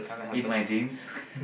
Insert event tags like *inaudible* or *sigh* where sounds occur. in my dreams *laughs*